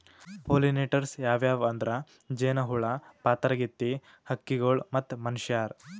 pollinators ಯಾವ್ಯಾವ್ ಅಂದ್ರ ಜೇನಹುಳ, ಪಾತರಗಿತ್ತಿ, ಹಕ್ಕಿಗೊಳ್ ಮತ್ತ್ ಮನಶ್ಯಾರ್